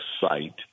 Site